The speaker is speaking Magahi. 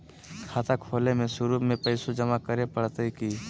खाता खोले में शुरू में पैसो जमा करे पड़तई की?